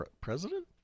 president